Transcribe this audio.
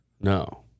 No